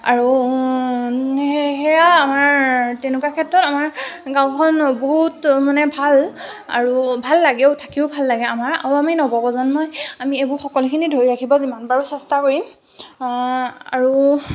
আৰু সেয়া আমাৰ তেনেকুৱা ক্ষেত্ৰত আমাৰ গাওঁখন বহুত মানে ভাল আৰু ভাল লাগেও থাকিও ভাল লাগে আমাৰ আৰু আমি নৱপ্ৰজন্মই আমি এইবোৰ সকলোখিনি ধৰি ৰাখিব যিমান পাৰোঁ চেষ্টা কৰিম আৰু